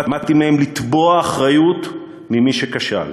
למדתי מהם לתבוע אחריות ממי שכשל.